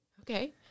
okay